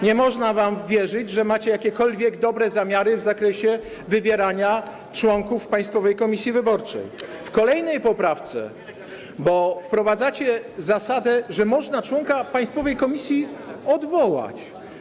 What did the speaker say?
Nie można wam wierzyć, że macie jakiekolwiek dobre zamiary w zakresie wybierania członków Państwowej Komisji Wyborczej w kolejnej poprawce, bo wprowadzacie zasadę, że można członka Państwowej Komisji Wyborczej odwołać.